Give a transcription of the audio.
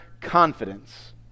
confidence